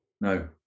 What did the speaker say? No